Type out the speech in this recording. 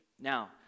Now